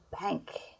bank